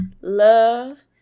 Love